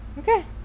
Okay